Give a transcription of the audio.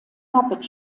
muppet